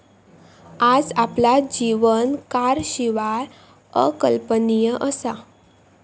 आज आपला जीवन कारशिवाय अकल्पनीय असा